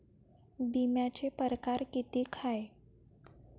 बिम्याचे परकार कितीक हाय?